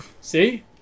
See